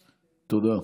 תודה.